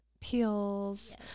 peels